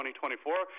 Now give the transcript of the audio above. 2024